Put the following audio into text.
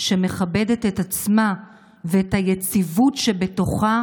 שמכבדת את עצמה ואת היציבות שבתוכה